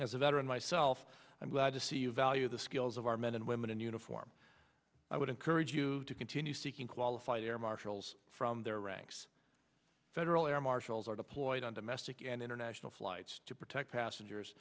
as a veteran myself i'm glad to see you value the skills of our men and women in uniform i would encourage you to continue seeking qualified air marshals from their ranks federal air marshals are deployed on domestic and international flights to protect passengers